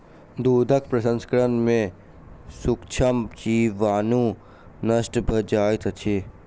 दूधक प्रसंस्करण में सूक्ष्म जीवाणु नष्ट भ जाइत अछि